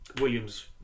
Williams